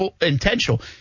intentional